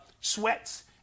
sweats